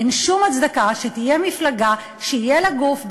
אין שום הצדקה שתהיה מפלגה שיהיה לה גוף,